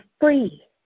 free